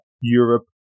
Europe